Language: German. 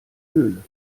höhle